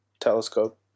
telescope